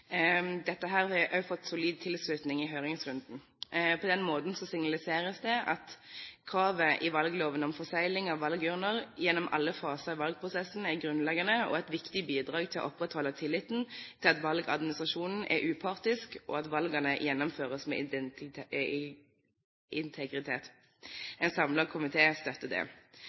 Dette har også fått solid tilslutning i høringsrunden. På den måten signaliseres det at kravet i valgloven om forsegling av valgurner gjennom alle faser av valgprosessen er grunnleggende og et viktig bidrag til å opprettholde tilliten til at valgadministrasjonen er upartisk, og at valgene gjennomføres med integritet. En samlet komité støtter dette. Det